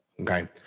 okay